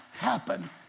Happen